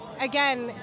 again